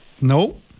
No